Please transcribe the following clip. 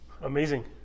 Amazing